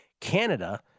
Canada